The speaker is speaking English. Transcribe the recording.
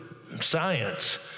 science